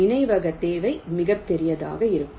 நினைவக தேவை மிகப்பெரியதாக இருக்கும்